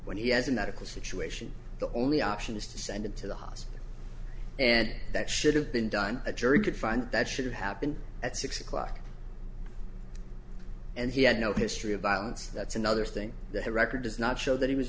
when he has a medical situation the only option is to send him to the hospital and that should have been done a jury could find that should have been at six o'clock and he had no history of violence that's another thing that the record does not show that he was